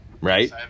right